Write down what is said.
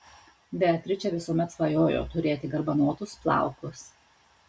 beatričė visuomet svajojo turėti garbanotus plaukus